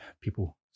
people